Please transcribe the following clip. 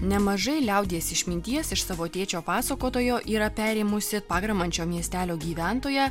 nemažai liaudies išminties iš savo tėčio pasakotojo yra perėmusi pagramančio miestelio gyventoja